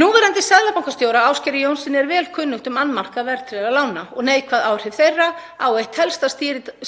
Núverandi seðlabankastjóra, Ásgeiri Jónssyni, er vel kunnugt um annmarka verðtryggðra lána og neikvæð áhrif þeirra á eitt helsta